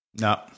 No